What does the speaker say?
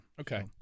Okay